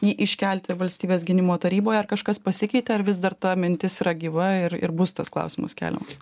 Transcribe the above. jį iškelti ir valstybės gynimo taryboje ar kažkas pasikeitė ar vis dar ta mintis yra gyva ir ir bus tas klausimus keliamas